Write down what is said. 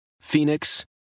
Phoenix